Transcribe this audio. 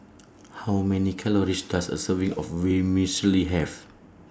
How Many Calories Does A Serving of Vermicelli Have